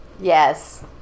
Yes